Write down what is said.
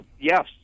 Yes